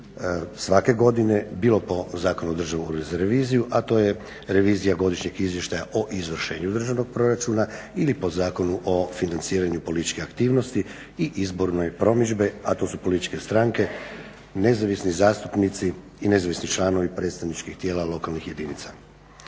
svake godine, bilo po Zakonu o Državnom uredu za reviziju, a to je revizija Godišnjeg izvještaja o izvršenju državnog proračuna ili po Zakonu o financiranju političkih aktivnosti i izbornoj promidžbi, a to su političke stranke, nezavisni zastupnici i nezavisni članovi predstavničkih tijela lokalnih jedinica.